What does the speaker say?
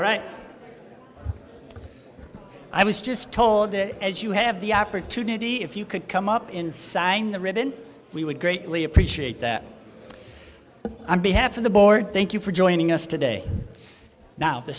write i was just told that as you have the opportunity if you could come up and sign the ribbon we would greatly appreciate that i'm behalf of the board thank you for joining us today now the